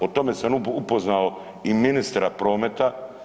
O tome sam upoznao i ministra prometa.